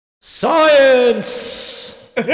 Science